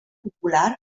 popular